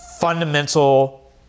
fundamental